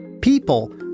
People